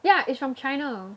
ya is from China